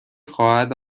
خواهد